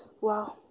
wow